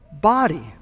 body